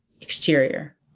exterior